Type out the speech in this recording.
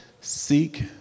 seek